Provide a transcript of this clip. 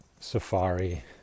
Safari